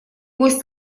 гость